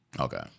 Okay